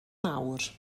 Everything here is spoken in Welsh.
mawr